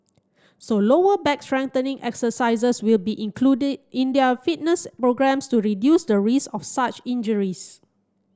so lower back strengthening exercises will be included in their fitness programmes to reduce the risk of such injuries